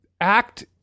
act